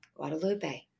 Guadalupe